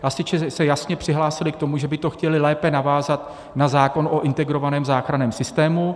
Hasiči se jasně přihlásili k tomu, že by to chtěli lépe navázat na zákon o integrovaném záchranném systému.